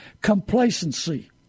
complacency